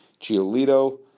Giolito